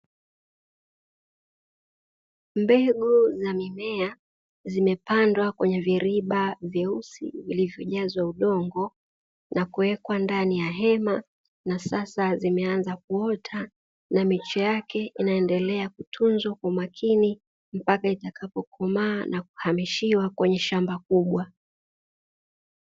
Mbegu za mimea zimepandwa kwenye viriba vyeusi vilivyojazwa udongo na kuwekwa ndani ya hema, na sasa zimeanza kuota na miche yake inaendelea kutunzwa kwa umakini mpaka itakapokomaa na kuhamishiwa kwenye shamba kubwa.